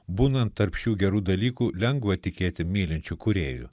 būnant tarp šių gerų dalykų lengva tikėti mylinčiu kūrėju